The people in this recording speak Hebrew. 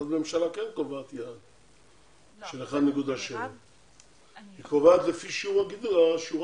--- הממשלה כן קובעת יעד של 1.7%. היא קובעת לפי שיעורם באוכלוסייה.